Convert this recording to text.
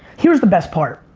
here's the best part.